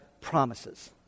promises